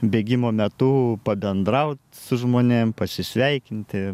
bėgimo metu pabendraut su žmonėm pasisveikinti